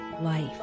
life